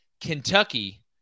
Kentucky